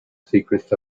secrets